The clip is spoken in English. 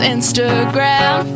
Instagram